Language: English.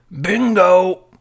Bingo